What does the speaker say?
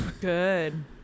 Good